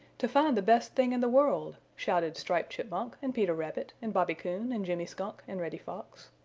to find the best thing in the world, shouted striped chipmunk and peter rabbit and bobby coon and jimmy skunk and reddy fox.